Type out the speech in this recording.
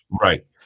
right